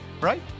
right